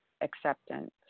acceptance